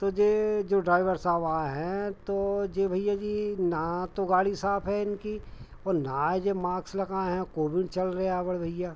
तो यह जो ड्राइवर साहब आए हैं तो जे भैया जी ना तो गाड़ी साफ है इनकी और ना यह माक्स लगाए हैं कोविड चल रहा बड़े भैया